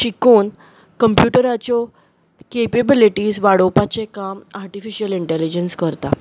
शिकोवन कंप्युटराच्यो केपेबलिटीस वाडोवपाचें काम आर्टीफिशियल इंटेलिजंस करता